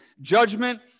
Judgment